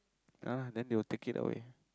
ya lah then they will take it away